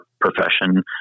profession